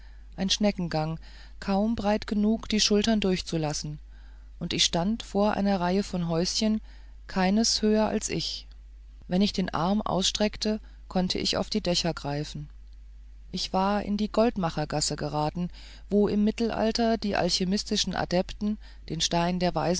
ein schneckengang kaum breit genug die schultern durchzulassen und ich stand vor einer reihe von häuschen keines höher als ich wenn ich den arm ausstreckte konnte ich auf die dächer greifen ich war in die goldmachergasse geraten wo im mittelalter die alchimistischen adepten den stein der